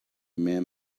man